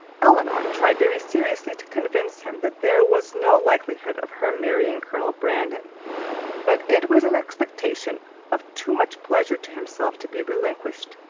elinor tried very seriously to convince him that there was no likelihood of her marrying colonel brandon but it was an expectation of too much pleasure to himself to be relinquished,